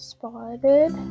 Spotted